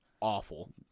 Awful